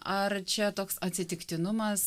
ar čia toks atsitiktinumas